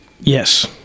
Yes